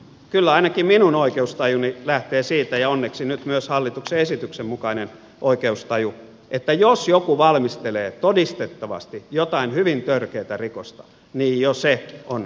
kyllä ainakin minun oikeustajuni lähtee siitä ja onneksi nyt myös hallituksen esityksen mukainen oikeustaju että jos joku valmistelee todistettavasti jotain hyvin törkeätä rikosta niin jo se on rangaistava teko